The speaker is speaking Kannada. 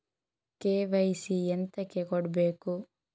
ಕೆ.ವೈ.ಸಿ ಎಂತಕೆ ಕೊಡ್ಬೇಕು?